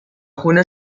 خون